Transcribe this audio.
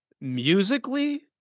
musically